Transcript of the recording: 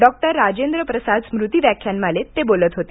doctor Rajendra Prasad स्मृती व्याख्यानमालेत ते बोलत होते